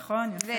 נכון, יפה.